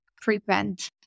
prevent